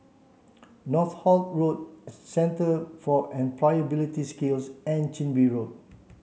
Northolt Road Centre for Employability Skills and Chin Bee Road